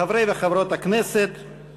חברי וחברות הכנסת,